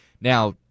now